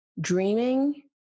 dreaming